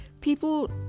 people